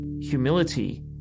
Humility